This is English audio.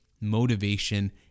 motivation